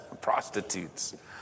Prostitutes